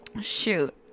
Shoot